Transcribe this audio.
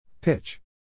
Pitch